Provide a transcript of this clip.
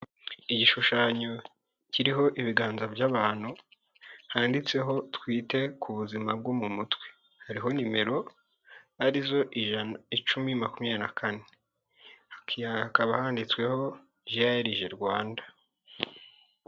Igishushanyo kiriho ibiganza by'abantu, handitseho twite ku buzima bwo mu mutwe hariho nimero arizo ijana icumi makumyabiri na kane hakaba handitsweho ji a eri je Rwanda.